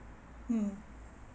mm